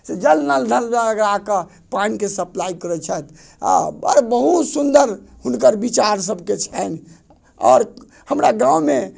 से जल घर नल लगाके पानिके सप्लाइ करै छथि आ बड़ बहुत सुन्दर हुनकर विचार सभके छनि आओर हमरा गाँवमे